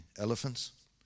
elephants